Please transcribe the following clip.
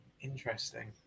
Interesting